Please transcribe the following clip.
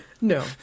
no